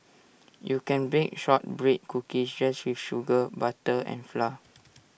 you can bake Shortbread Cookies just with sugar butter and flour